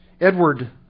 Edward